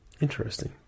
Interesting